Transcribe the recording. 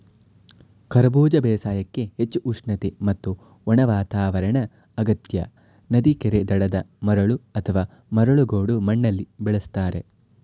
ಕರಬೂಜ ಬೇಸಾಯಕ್ಕೆ ಹೆಚ್ಚು ಉಷ್ಣತೆ ಮತ್ತು ಒಣ ವಾತಾವರಣ ಅಗತ್ಯ ನದಿ ಕೆರೆ ದಡದ ಮರಳು ಅಥವಾ ಮರಳು ಗೋಡು ಮಣ್ಣಲ್ಲಿ ಬೆಳೆಸ್ತಾರೆ